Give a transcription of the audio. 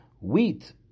wheat